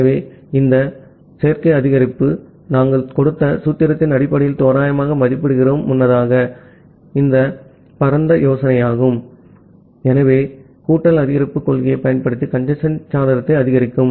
ஆகவே இந்த சேர்க்கை அதிகரிப்பு நாங்கள் கொடுத்த சூத்திரத்தின் அடிப்படையில் தோராயமாக மதிப்பிடுகிறோம் முன்னதாக இது பரந்த யோசனையாகும் ஆகவே கூட்டல் அதிகரிப்பு கொள்கையைப் பயன்படுத்தி கஞ்சேஸ்ன் சாளரத்தை அதிகரிக்கும்